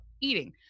eating